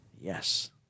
Yes